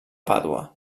pàdua